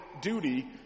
duty